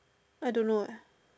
I don't know eh